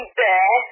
bear